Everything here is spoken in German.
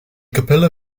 kapelle